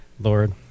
Lord